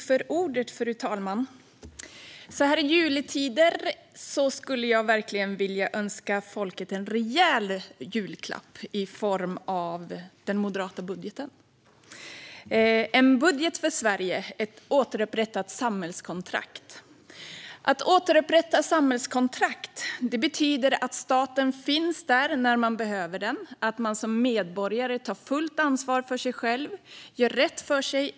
Fru talman! Så här i juletider skulle jag verkligen vilja önska folket en rejäl julklapp i form av den moderata budgeten. Det är en budget för Sverige, ett återupprättat samhällskontrakt. Att återupprätta samhällskontraktet betyder att staten finns där när man behöver den och att man som medborgare tar fullt ansvar för sig själv och gör rätt för sig.